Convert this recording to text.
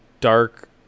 dark